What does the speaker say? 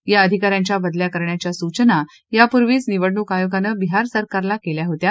या अधिकाऱ्यांच्या बदल्या करण्याच्या सूचना यापूर्वीच निवडणूक आयोगानं बिहार सरकारला केल्या होत्या